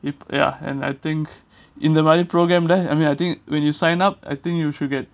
if ya and I think in the valley program ah I mean I think when you sign up I think you should get